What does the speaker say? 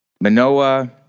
Manoa